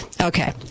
Okay